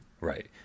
Right